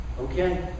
Okay